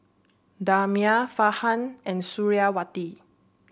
Damia Farhan and Suriawati